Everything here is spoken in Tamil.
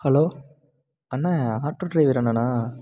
ஹலோ அண்ணா ஆட்டோ டிரைவர் அண்ணனா